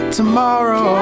tomorrow